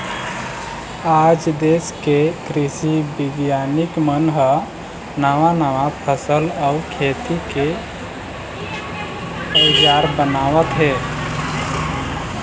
आज देश के कृषि बिग्यानिक मन ह नवा नवा फसल अउ खेती के अउजार बनावत हे